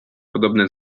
podobne